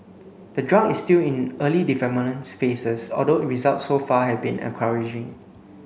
the drug is still in early development phases although results so far have been encouraging